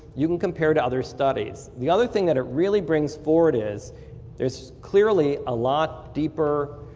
you can compare to other studies. the other thing that it really brings forward is there's clearly a lot deeper